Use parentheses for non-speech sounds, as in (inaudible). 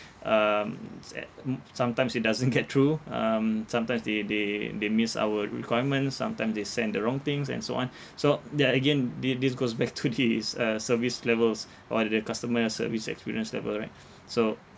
um it's that mm sometimes it doesn't get through (laughs) um sometimes they they they miss our requirements sometimes they sent the wrong things and so on so ya again thi~ this goes back to this (laughs) uh service levels or the the customer service experience level right so